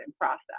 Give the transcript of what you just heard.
process